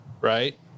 right